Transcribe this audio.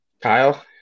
Kyle